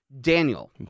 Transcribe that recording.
daniel